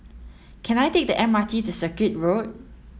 can I take the M R T to Circuit Road